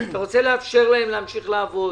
אתה רוצה לאפשר להם להמשיך לעבוד,